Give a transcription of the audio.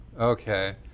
okay